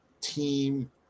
team